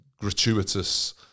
gratuitous